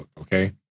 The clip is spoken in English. Okay